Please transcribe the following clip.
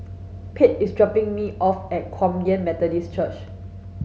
Pate is dropping me off at Kum Yan Methodist Church